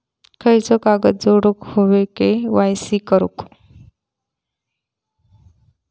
खयचो कागद जोडुक होयो के.वाय.सी करूक?